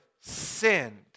sinned